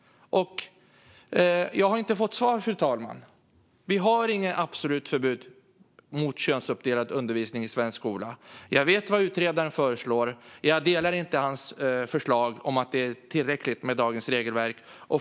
Jag har inte fått svar, fru talman. Vi har inget absolut förbud mot könsuppdelad undervisning i svensk skola. Jag vet vad utredaren föreslår. Jag delar inte hans förslag om att det är tillräckligt med dagens regelverk.